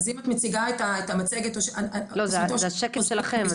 אז אם את מציגה את המצגת -- זה השקף שלכם,